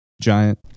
giant